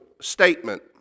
statement